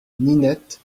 ninette